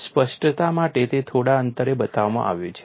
સ્પષ્ટતા માટે તે થોડા અંતરે બતાવવામાં આવ્યું છે